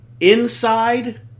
inside